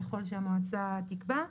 ככל שהמועצה תקבע.